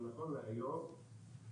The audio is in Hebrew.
נכון להיום,